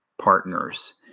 partners